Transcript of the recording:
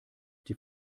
die